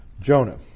Jonah